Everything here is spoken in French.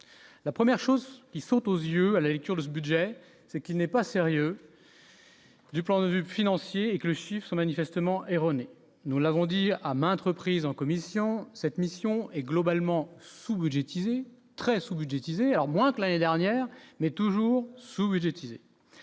la première chose qui saute aux yeux à la lecture de ce budget, ce qui n'est pas sérieux. Du plan de vue financier que le chiffre sont manifestement erronée, nous l'avons dit à maintes reprises en commission, cette mission est globalement sous-budgétisé très sous-budgétisé alors moins que l'année dernière mais toujours sous médiatisées,